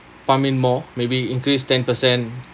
pump in more maybe increase ten percent